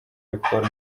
alcool